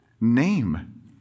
name